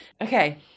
Okay